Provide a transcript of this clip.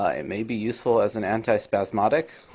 ah it may be useful as an anti-spasmatic.